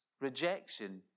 rejection